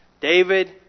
David